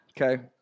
Okay